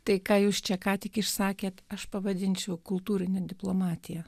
tai ką jūs čia ką tik išsakė aš pavadinčiau kultūrinę diplomatiją